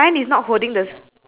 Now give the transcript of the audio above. the saw is under there